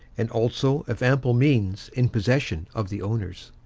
and also of ample means in possession of the owners,